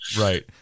Right